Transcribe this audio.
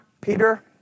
Peter